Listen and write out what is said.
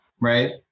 right